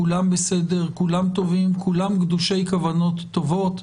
כולם בסדר, כולם טובים, כולם גדושי כוונות טובות.